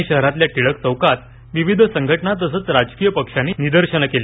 पुणे शहरातल्या टिळक चौकात विविध संघटना तसंच राजकीय पक्षांनी निदर्शनं केली